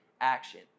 action